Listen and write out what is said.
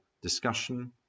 discussion